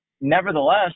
nevertheless